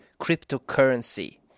cryptocurrency